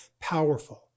powerful